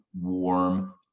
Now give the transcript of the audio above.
warm